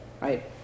right